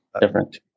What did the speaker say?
different